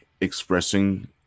expressing